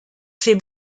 ses